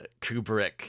Kubrick